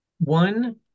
One